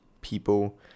people